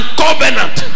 covenant